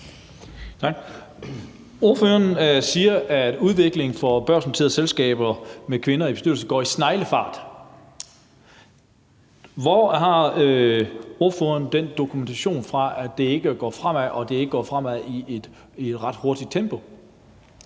Ordføreren siger, at udviklingen for børsnoterede selskaber med kvinder i bestyrelsen bevæger sig i sneglefart. Hvor har ordføreren dokumentation for, at det ikke går fremad, og at det ikke går fremad i et ret hurtigt tempo,